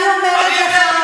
אני אומרת לך,